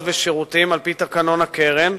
על-פי תקנון הקרן,